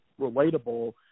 relatable